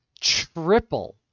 triple